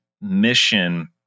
mission